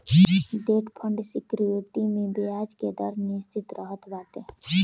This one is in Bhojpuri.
डेट फंड सेक्योरिटी में बियाज के दर निश्चित रहत बाटे